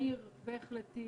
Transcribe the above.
מהיר והחלטי